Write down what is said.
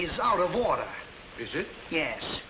is out of water is it yes